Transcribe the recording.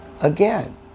Again